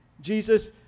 Jesus